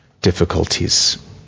difficulties